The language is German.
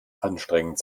anstrengend